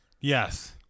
Yes